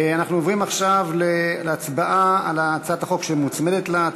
אנחנו עוברים עכשיו להצבעה על הצעת החוק שמוצמדת לה,